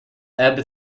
ebb